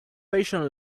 patient